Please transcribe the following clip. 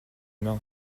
mains